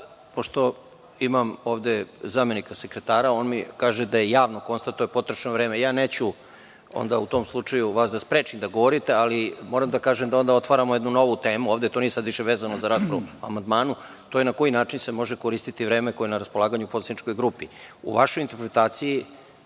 Pošto imam ovde zamenika sekretara, on mi kaže da je javno konstatovano da je potrošeno vreme. Neću vas u tom slučaju sprečiti da govorite, ali moram da kažem da onda otvaramo jednu novu temu ovde. To više nije vezano za raspravu po amandmanima, to je na koji način se može koristiti vreme koje je na raspolaganju poslaničkoj grupi. U vašoj interpretaciji